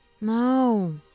No